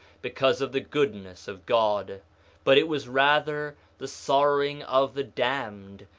because of the goodness of god but it was rather the sorrowing of the damned,